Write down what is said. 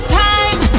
time